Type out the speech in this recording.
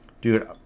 Dude